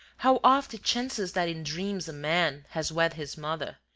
how oft it chances that in dreams a man has wed his mother!